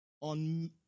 on